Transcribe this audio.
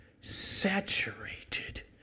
saturated